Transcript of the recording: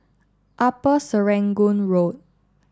Upper Serangoon Road